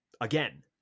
again